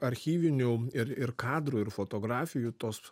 archyvinių ir ir kadrų ir fotografijų tos